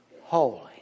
holy